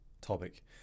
topic